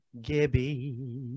Gibby